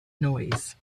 noise